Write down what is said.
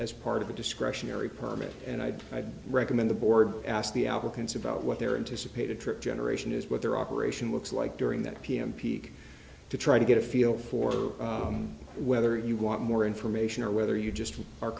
as part of the discretionary permit and i'd i'd recommend the board ask the applicants about what they're in to support a trip generation is what their operation looks like during that pm peak to try to get a feel for whether you want more information or whether you just are